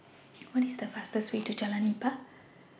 What IS The fastest Way to Jalan Nipah